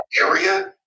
area